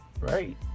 Right